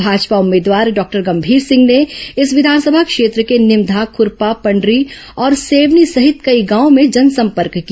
भाजपा उम्मीदवार डॉक्टर गंभीर सिंह ने इस विधानसभा क्षेत्र के निमधा खुरपा पंडरी और सेवनी सहित कई गांवों में जनसंपर्क किया